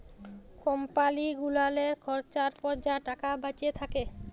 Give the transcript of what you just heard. কম্পালি গুলালের খরচার পর যা টাকা বাঁইচে থ্যাকে